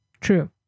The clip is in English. true